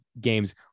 games